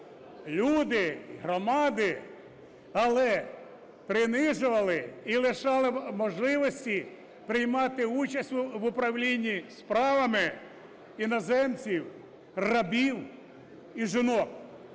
люди, громади, але принижували і лишали можливості приймати участь в управлінні справами іноземців, рабів і жінок.